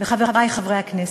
חברי חברי הכנסת,